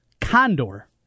Condor